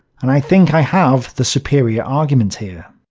and i think i have the superior argument here.